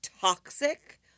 toxic